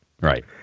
Right